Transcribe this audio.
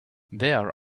there